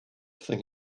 thing